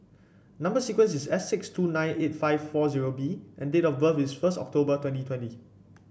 number sequence is S six two nine eight five four zero B and date of birth is first October twenty twenty